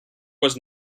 was